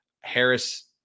Harris